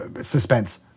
suspense